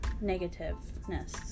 negativeness